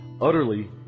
utterly